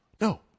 No